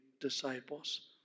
disciples